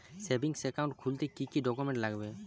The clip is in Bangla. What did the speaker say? সেভিংস একাউন্ট খুলতে কি কি ডকুমেন্টস লাগবে?